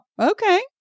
okay